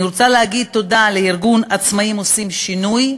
אני רוצה להגיד תודה לארגון "עצמאים עושים שינוי",